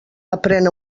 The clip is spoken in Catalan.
aprén